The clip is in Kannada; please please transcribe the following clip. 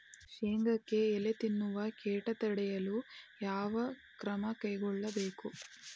ಶೇಂಗಾಕ್ಕೆ ಎಲೆ ತಿನ್ನುವ ಕೇಟ ತಡೆಯಲು ಯಾವ ಕ್ರಮ ಕೈಗೊಳ್ಳಬೇಕು?